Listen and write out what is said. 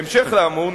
בהמשך לאמור,